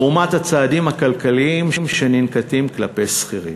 לעומת הצעדים הכלכליים שננקטים כלפי שכירים.